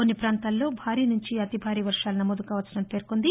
కొన్ని పాంతాల్లో భారీ నుంచి అతిభారీ వర్షాలు నమోదు కావచ్చని పేర్కొంది